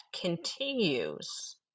continues